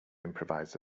improvise